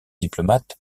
diplomates